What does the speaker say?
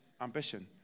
ambition